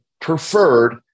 preferred